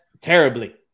terribly